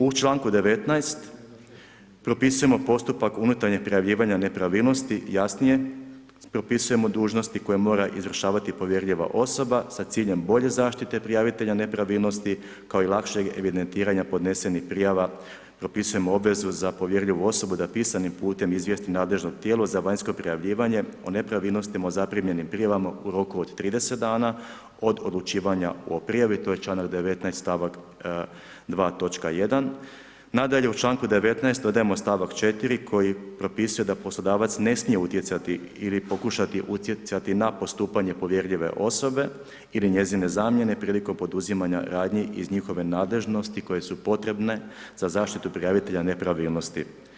U članku 19. propisujemo postupak unutarnjeg prijavljivanja nepravilnosti jasnije, propisujemo dužnosti koje mora izvršavati povjerljiva osoba sa ciljem bolje zaštite prijavitelja nepravilnosti kao i lakšeg evidentiranja podnesenih prijava propisujemo obvezu za povjerljivu osobu da pisanim putem izvijesti nadležno tijelo za vanjsko prijavljivanje o nepravilnostima o zaprimljenim prijavama u roku od 30 dana od odlučivanja o prijavi to je članak 19., stavak 2. točka 1. Nadalje u članku 19. dodajemo stavak 4. koji propisuje da poslodavac ne smije utjecati ili pokušati utjecati na postupanje povjerljive osobe ili njezine zamjene prilikom poduzimanja radnji iz njihove nadležnosti koje su potrebne za zaštitu prijavitelja nepravilnosti.